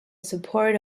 support